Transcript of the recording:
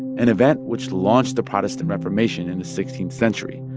an event which launched the protestant reformation in the sixteenth century.